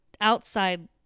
outside